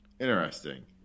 Interesting